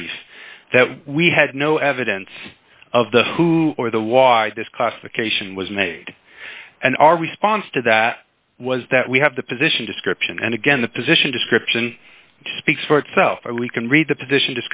few that we had no evidence of the who or the was this classification was made and our response to that was that we have the position description and again the position description speaks for itself and we can read the position